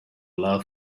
love